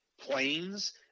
planes